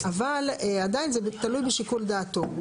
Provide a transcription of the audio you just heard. אבל עדיין זה תלוי בשיקול דעתו.